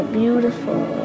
beautiful